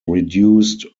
reduced